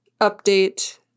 update